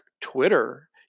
twitter